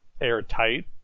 airtight